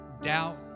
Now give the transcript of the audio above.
doubt